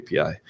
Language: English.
API